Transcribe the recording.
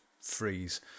freeze